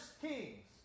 Kings